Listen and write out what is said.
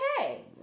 okay